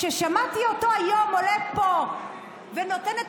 כששמעתי אותו היום עולה פה ונותן את